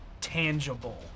tangible